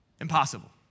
Impossible